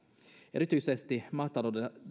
erityisesti maataloudessa